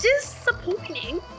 disappointing